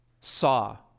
saw